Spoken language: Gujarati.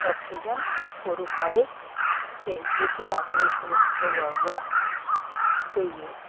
ઓક્સિજન પૂરું પાડે છે જેથી આપણે વૃક્ષો વાવવા જોઈએ